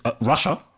Russia